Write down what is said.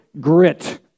grit